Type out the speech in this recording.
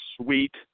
sweet